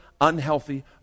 unhealthy